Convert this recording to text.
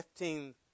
15